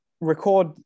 record